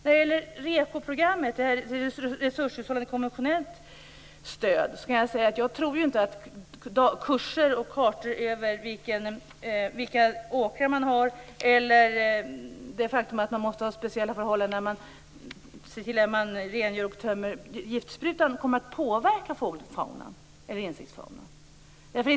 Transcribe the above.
Vad gäller REKO-programmet tror jag inte att kurser och kartor över vilka åkrar man har eller det faktum att man måste ha speciella förhållanden när man rengör och tömmer giftsprutan kommer att påverka fågelfaunan eller insektsfaunan.